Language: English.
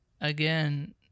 again